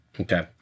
Okay